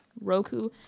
Roku